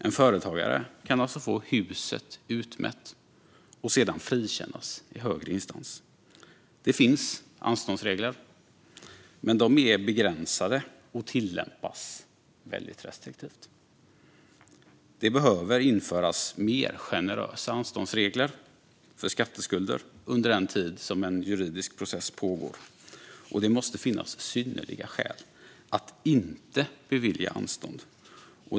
En företagare kan alltså få huset utmätt och sedan frikännas i högre instans. Det finns anståndsregler, men de är begränsade och tillämpas väldigt restriktivt. Det behöver införas mer generösa anståndsregler för skatteskulder under den tid en juridisk process pågår. Och det måste finnas synnerliga skäl att inte bevilja anstånd.